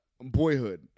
Boyhood